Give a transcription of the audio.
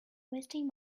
wasting